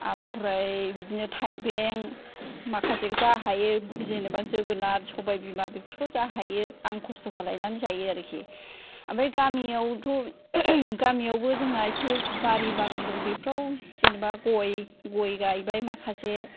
ओमफ्राय बिदिनो थाइबें माखासे जा हायो जेनोबा जोगोनार सबायबिमा बेफोरखौ जा हायो आं खस्थ' खालायनानै जायो आरोखि ओमफ्राय गामिआवथ' गामिआवबो जोंना एसे बारि बागान दं बेफोराव जेनेबा गय गय गायबाय माखासे